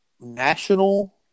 national